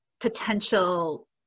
potential